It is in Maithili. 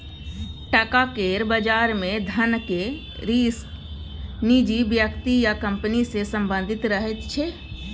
टका केर बजार मे धनक रिस्क निजी व्यक्ति या कंपनी सँ संबंधित रहैत छै